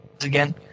again